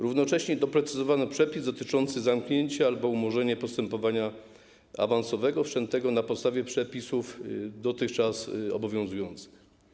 Równocześnie doprecyzowano przepis dotyczący zamknięcia albo umorzenia postępowania awansowego wszczętego na podstawie przepisów dotychczas obowiązujących.